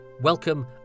welcome